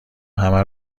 همه